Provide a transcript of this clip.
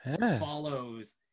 follows